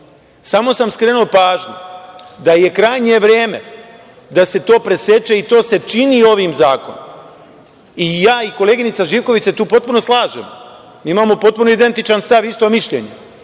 samo sam skrenuo pažnju da je krajnje vreme da se to preseče i to se čini ovim zakonom. Koleginica Živković i ja se tu potpuno slažemo, imamo potpuno identičan stav, isto mišljenje.